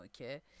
okay